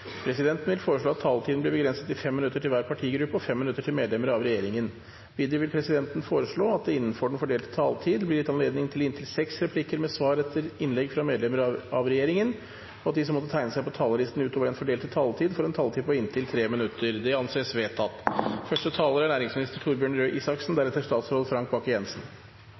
Presidenten vil foreslå at taletiden blir begrenset til 5 minutter til hver partigruppe og 5 minutter til medlemmer av regjeringen. Videre vil presidenten foreslå at det – innenfor den fordelte taletid – blir gitt anledning til inntil seks replikker med svar etter innlegg fra medlemmer av regjeringen, og at de som måtte tegne seg på talerlisten utover den fordelte taletid, får en taletid på inntil 3 minutter. – Det anses vedtatt.